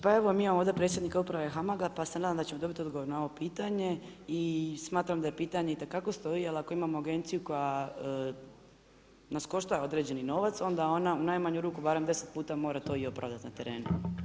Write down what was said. Pa evo mi imamo ovdje predsjednika uprave HAMAG-a pa se nadam da ćemo dobiti odgovor na ovo pitanje i smatram da pitanje itekako stoji, ali ako imamo agenciju koja nas košta određeni novac onda ona u najmanju ruku barem 10 puta to mora to opravdati i na terenu.